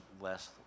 less